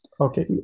Okay